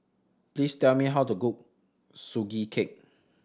please tell me how to cook Sugee Cake